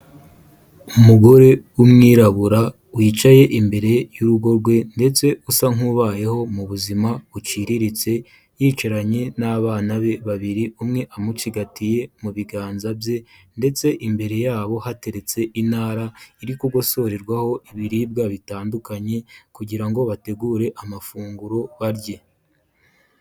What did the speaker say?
Umugore w'umwirabura wicaye imbere y'urugo rwe ndetse usa nk'ubayeho mu buzima buciriritse, yicaranye n'abana be babiri, umwe amucigatiye mu biganza bye, ndetse imbere yabo hateretse intara, iri kugosorerwaho ibiribwa bitandukanye kugira ngo bategure amafunguro barye.